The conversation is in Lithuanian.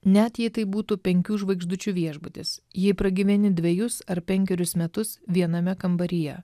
net jei tai būtų penkių žvaigždučių viešbutis jei pragyveni dvejus ar penkerius metus viename kambaryje